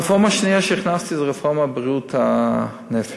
הרפורמה השנייה שהכנסתי זו רפורמת בריאות הנפש.